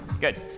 Good